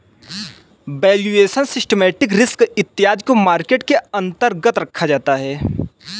valuation, systematic risk इत्यादि को market के अंतर्गत रखा जाता है